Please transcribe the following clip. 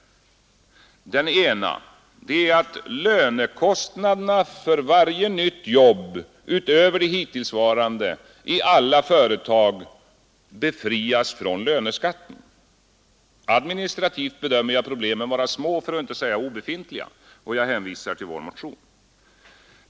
Den ena är att lönekostnaderna för varje nytt jobb utöver de hittillsvarande i alla företag befrias från löneskatten. Administrativt bedömer jag problemen vara små, för att inte säga obefintliga. Jag hänvisar till vår motion.